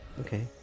Okay